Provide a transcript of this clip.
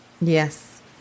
Yes